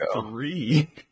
three